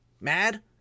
mad